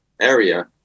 area